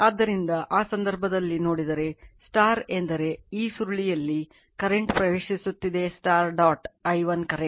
ಆದ್ದರಿಂದ ಆ ಸಂದರ್ಭದಲ್ಲಿ ನೋಡಿದರೆ ಅಂದರೆ ಈ ಸುರುಳಿಯಲ್ಲಿ ಕರೆಂಟ್ ಪ್ರವೇಶಿಸುತ್ತಿದ್ದರೆ ಡಾಟ್ i 1 ಕರೆಂಟ್